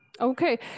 Okay